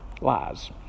lies